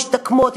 משתקמות,